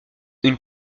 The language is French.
une